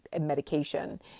medication